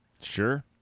Sure